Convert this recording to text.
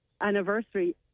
anniversary